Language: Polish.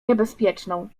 niebezpieczną